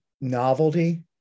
novelty